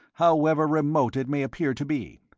however remote it may appear to be.